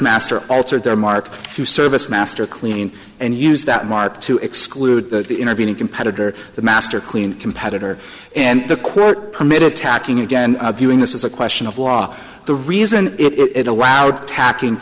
master altered their mark to service master cleaning and used that mark to exclude the intervening competitor the master clean competitor and the court permitted tacking again viewing this is a question of law the reason it allowed tapping